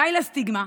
די לסטיגמה.